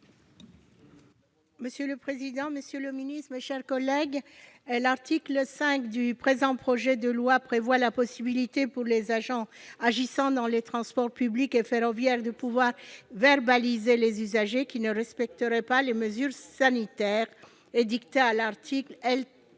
ainsi libellé : La parole est à Mme Esther Benbassa. L'article 5 du présent projet de loi prévoit la possibilité pour les agents agissant dans les transports publics et ferroviaires de verbaliser les usagers qui ne respecteraient pas les mesures sanitaires édictées à l'article L.